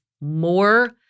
more